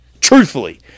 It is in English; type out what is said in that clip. Truthfully